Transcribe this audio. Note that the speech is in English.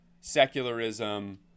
secularism